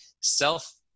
self